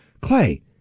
Clay